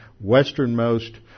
westernmost